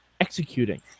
executing